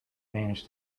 manage